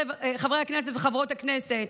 חברי הכנסת וחברות הכנסת.